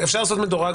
אבל מעבר למדורג,